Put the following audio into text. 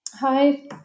Hi